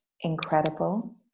incredible